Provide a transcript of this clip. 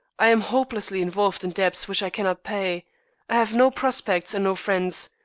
i am hopelessly involved in debts which i cannot pay. i have no prospects and no friends.